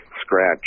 Scratch